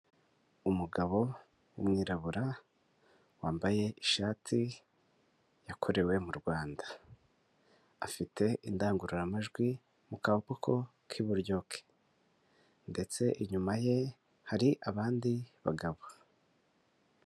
Umugabo w'umwirabura wambaye ishati yakorewe mu rwanda afite indangururamajwi mu kaboko k'iburyo ke, ndetse inyuma ye hari abandi bagabo.